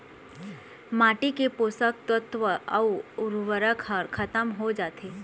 माटी के पोसक तत्व अउ उरवरक ह खतम हो जाथे